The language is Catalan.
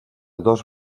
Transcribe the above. dos